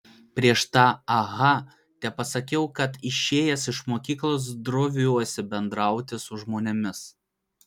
prieš tą aha tepasakiau kad išėjęs iš mokyklos droviuosi bendrauti su žmonėmis